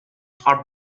are